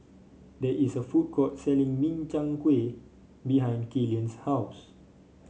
there is a food court selling Min Chiang Kueh behind Killian's house